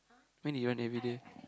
when did you run everyday